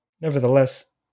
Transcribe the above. Nevertheless